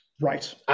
Right